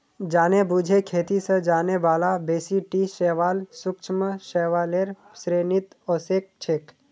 जानेबुझे खेती स जाने बाला बेसी टी शैवाल सूक्ष्म शैवालेर श्रेणीत ओसेक छेक